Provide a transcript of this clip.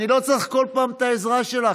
אני לא צריך כל פעם את העזרה שלך,